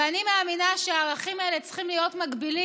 ואני מאמינה שהערכים האלה צריכים להיות מקבילים,